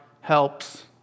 helps